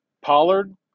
Pollard